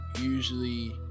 usually